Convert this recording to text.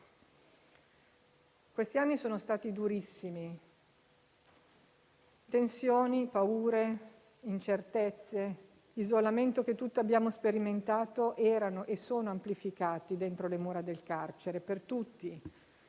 Questi anni sono stati durissimi. Tensioni, paure, incertezze, isolamento che tutti abbiamo sperimentato, erano e sono amplificati dentro le mura del carcere, per tutti: